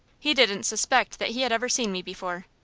he didn't suspect that he had ever seen me before.